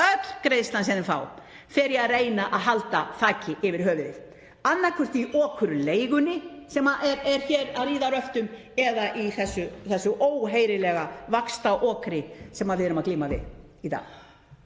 öll greiðslan sem þeir fá fer í að reyna að halda þaki yfir höfuðið, annaðhvort í okurleigunni sem er að ríða röftum eða í þessu óheyrilega vaxtaokri sem við erum að glíma við í dag.